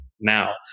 now